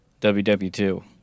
WW2